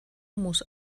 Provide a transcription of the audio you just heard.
muss